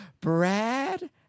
Brad